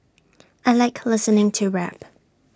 I Like listening to rap